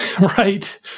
Right